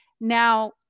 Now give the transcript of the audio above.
now